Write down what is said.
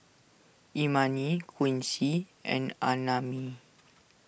Imani Quincy and Annamae